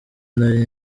nari